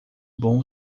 bom